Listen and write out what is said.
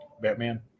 Batman